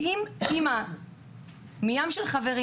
כי אם אימא מ"ים של חברים"